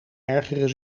ergeren